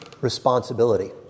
responsibility